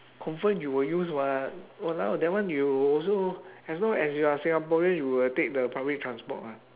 confirm you will use [what] !walao! that one you also as long as you are singaporean you will take the public transport lah